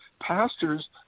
Pastors